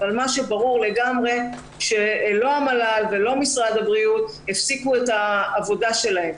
אבל ברור לגמרי שלא המל"ל ולא משרד הבריאות הפסיקו את העבודה שלהם,